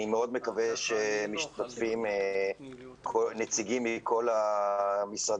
אני מאוד שמח שמשתתפים נציגים מכל המשרדים,